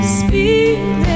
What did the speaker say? spirit